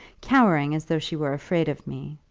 cowering as though she were afraid of me.